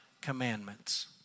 commandments